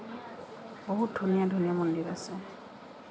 বহুত ধুনীয়া ধুনীয়া মন্দিৰ আছে